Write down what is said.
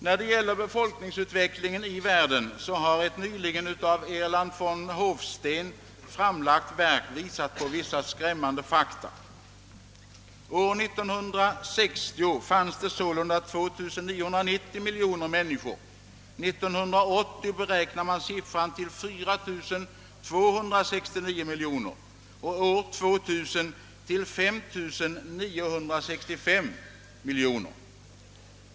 Beträffande befolkningsutvecklingen i världen har det i ett nyligen av Erland von Hofsten framlagt verk visats på vissa skrämmande fakta. År 1960 fanns det sålunda 2990 miljoner människor på jorden, och den siffran beräknas 1980 ha ökat till 4 269 miljoner samt år 2000 till 5965 miljoner.